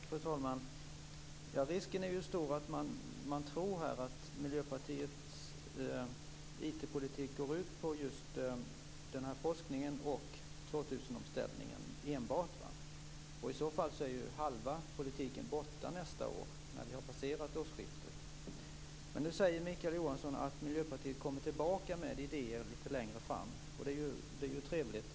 Fru talman! Risken är stor att man tror att Miljöpartiets IT-politik enbart går ut just på forskningen och år 2000-omställningen. I så fall är ju halva politiken borta nästa år när vi har passerat årsskiftet. Nu säger Mikael Johansson att Miljöpartiet kommer tillbaka med idéer lite längre fram. Det är ju trevligt.